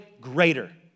greater